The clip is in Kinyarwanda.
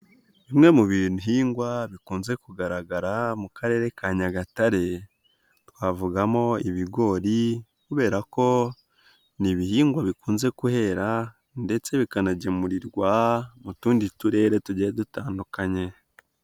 Bimwe mu bihingwa bikunze kugaragara mu Karere ka Nyagatare, twavugamo ibigori kubera ko ni ibihingwa bikunze kuhera ndetse bikanagemurirwa mu tundi turere tugiye dutandukanye.